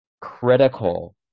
critical